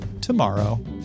tomorrow